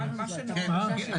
כן.